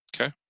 Okay